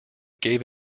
gave